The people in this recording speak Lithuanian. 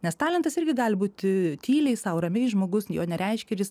nes talentas irgi gali būt tyliai sau ramiai žmogus jo nereiškia ir jis